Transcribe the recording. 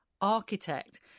architect